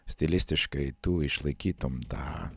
stilistiškai tu išlaikytum tą